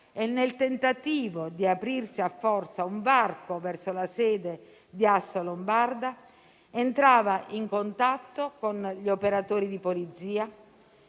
e, nel tentativo di aprirsi a forza un varco verso la sede di Assolombarda, entrava in contatto con gli operatori di polizia,